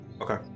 okay